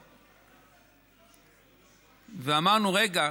ואמרנו: רגע.